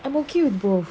I'm okay with both